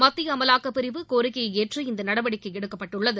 மத்திய அமலாக்கப் பிரிவு கோரிக்கையை ஏற்று இந்த நடவடிக்கை எடுக்கப்பட்டுள்ளது